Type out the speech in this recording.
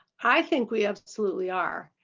i think we absolutely are.